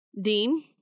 Dean